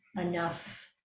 enough